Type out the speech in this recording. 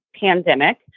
pandemic